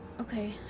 Okay